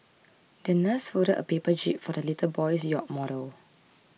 the nurse folded a paper jib for the little boy's yacht model